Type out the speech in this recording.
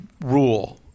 rule